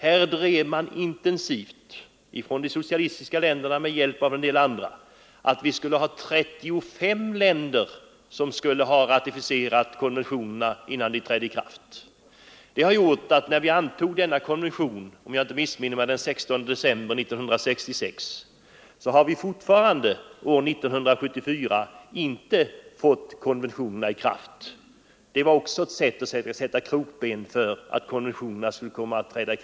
Här drev de socialistiska länderna med hjälp av en del andra intensivt den meningen att 35 länder skulle ratificera konventionerna innan dessa trädde i kraft. Det har gjort att dessa konventioner som, om jag inte missminner mig, antogs den 16 december 1966, fortfarande år 1974 inte har trätt i kraft. Det var också en metod att sätta krokben för ikraftträdandet.